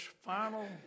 final